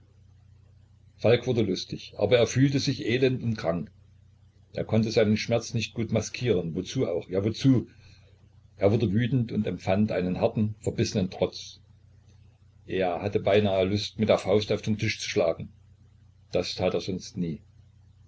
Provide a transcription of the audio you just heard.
falk wurde lustig aber er fühlte sich elend und krank er konnte seinen schmerz nicht gut maskieren wozu auch ja wozu er wurde wütend und empfand einen harten verbissenen trotz er hatte beinahe lust mit der faust auf den tisch zu schlagen das tat er sonst nie